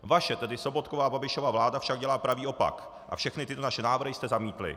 Vaše, tedy Sobotkova a Babišova vláda, však dělá pravý opak a všechny tyto naše návrhy jste zamítli.